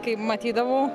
kai matydavau